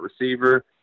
receiver